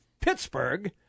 Pittsburgh